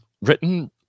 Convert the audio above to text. written